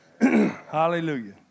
Hallelujah